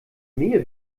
mail